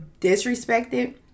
disrespected